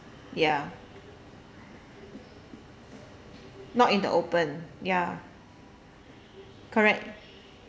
ya not in the open ya correct